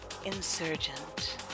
insurgent